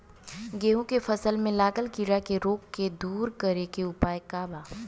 गेहूँ के फसल में लागल कीड़ा के रोग के दूर करे के उपाय का बा?